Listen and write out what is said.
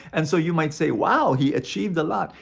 and so, you might say, wow! he achieved a lot!